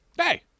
Hey